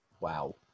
Wow